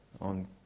on